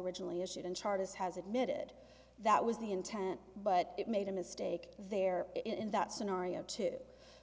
originally issued and charges has admitted that was the intent but it made a mistake there in that scenario too